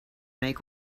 make